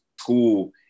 school